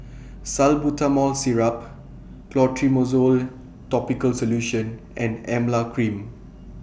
Salbutamol Syrup Clotrimozole Topical Solution and Emla Cream